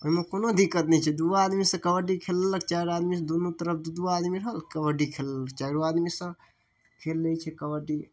ओइमे कोनो दिक्कत नहि छै दुओ आदमीसँ कबड्डी खेल लेलक चारि आदमी दुनू तरफ दू दू आदमी रहल कबड्डी खेललक चाइरो आदमीसँ खेल लै छै कबड्डी